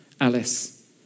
Alice